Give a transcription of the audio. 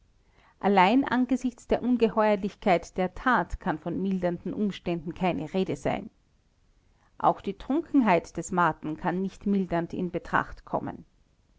allein angesichts der ungeheuerlichkeit der tat kann von mildernden umständen keine rede sein auch die trunkenheit des marten kann nicht mildernd in betracht kommen